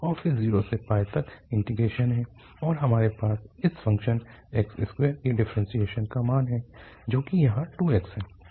और फिर 0 से तक इंटीग्रेशन है और हमारे पास इस फ़ंक्शन x2 के डिफ्रेंशियेशन का मान है जो कि यहाँ 2x है